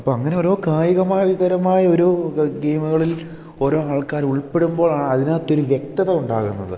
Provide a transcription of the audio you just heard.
അപ്പം അങ്ങനെ ഓരോ കായികപരമായി ഒരോ ഗെയിമുകളിൽ ഓരോ ആൾക്കാർ ഉൾപ്പെടുമ്പോഴാണ് അതിനകത്തൊരു വ്യക്തത ഉണ്ടാകുന്നത്